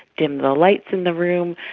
dim the lights in the room,